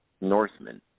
Northmen